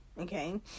Okay